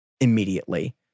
immediately